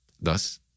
Thus